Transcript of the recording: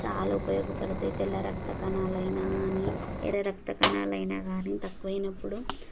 చాలా ఉపయోగపడతాయి తెల్ల రక్త కణాలు అయినా కానీ ఎర్ర రక్త కణాలు అయినా కానీ తక్కువ అయినప్పుడు